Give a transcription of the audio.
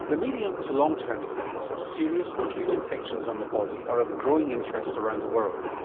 the medium to long-term effects of serious acute infections on the body are of growing interest around the world.